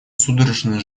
судорожно